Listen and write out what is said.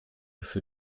für